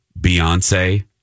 Beyonce